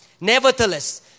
Nevertheless